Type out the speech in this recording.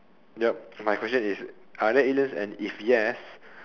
ya my question is are there aliens and if yes